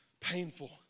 painful